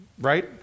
Right